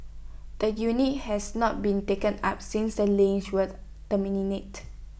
the unit has not been taken up since the lease was terminated